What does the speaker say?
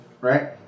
right